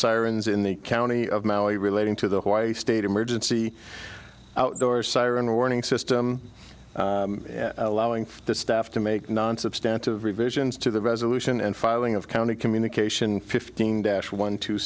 sirens in the county of maui relating to the hawaii state emergency outdoor siren warning system allowing the staff to make non substantive revisions to the resolution and following of county communication fifteen dash one t